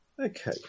okay